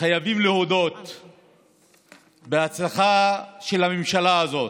חייבים להודות בהצלחה של הממשלה הזאת,